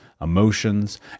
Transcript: emotions